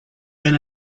been